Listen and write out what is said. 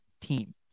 team